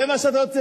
זה מה שאתה רוצה?